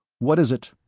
what is it?